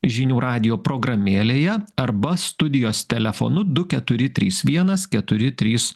žinių radijo programėlėje arba studijos telefonu du keturi trys vienas keturi trys